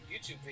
YouTube